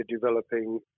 developing